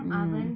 mm